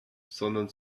sondern